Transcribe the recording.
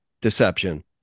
deception